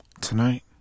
Tonight